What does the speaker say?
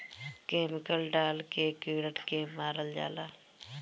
chemical डाल के कीड़न के मारल जाला